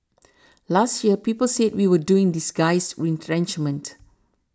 last year people said we were doing disguised retrenchment